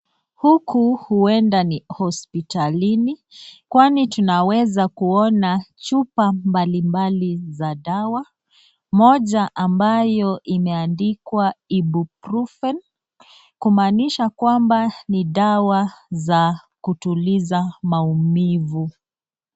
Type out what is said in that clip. Huku huenda ni hospitalini kwani tunaweza kuona chupa mbalimbali za dawa, moja ambayo imeandikwa Ibuprofen, kumaanisha kwamba ni dawa za kutuliza maumivu.